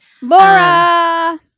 Laura